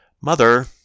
mother